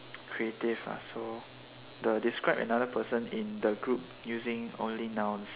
creative lah so the describe another person in the group using only nouns